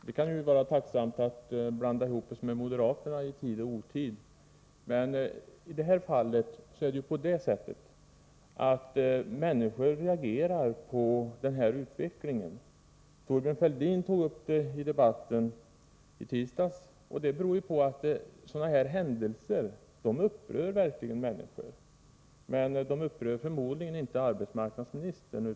Herr talman! Det kan naturligtvis vara tacksamt för socialdemokraterna att blanda ihop oss med moderaterna i tid och otid. Men i det här sammanhanget är det så att människor reagerar mot den utveckling som pågår. Thorbjörn Fälldin tog upp den frågan i tisdags, och det beror på att händelser av det här slaget verkligen upprör människor. Tydligen upprör de inte arbetsmarknadsministern.